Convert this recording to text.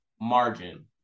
margin